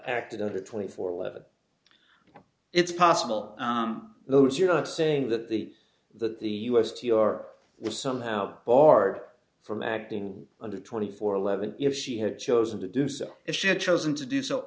acted on the twenty four level it's possible those you're saying that the that the us t r was somehow barred from acting under twenty four eleven if she had chosen to do so if she had chosen to do so